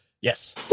Yes